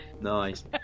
Nice